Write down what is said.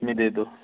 इतने दे दो